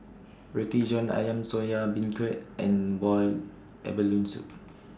Roti John Ayam Soya Beancurd and boiled abalone Soup